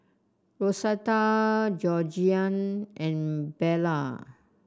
Rosetta Georgiann and Bella